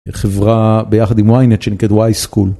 חברה ביחד עם ויינט שנקראת וואי סקול.